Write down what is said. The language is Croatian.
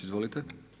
Izvolite.